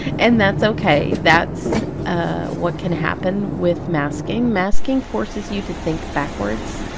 and that's okay, that's ah what can happen with masking! masking forces you to think backwards,